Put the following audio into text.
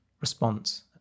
response